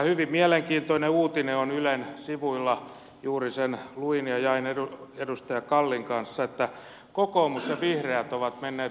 hyvin mielenkiintoinen uutinen on ylen sivuilla juuri sen luin ja jaoin edustaja kallin kanssa että kokoomus ja vihreät ovat menneet vaaliliittoon satakunnassa